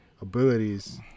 abilities